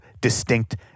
distinct